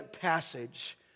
passage